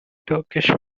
turkish